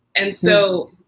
and so,